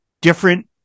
different